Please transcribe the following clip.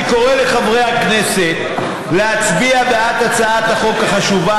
אני קורא לחברי הכנסת להצביע בעד הצעת החוק החשובה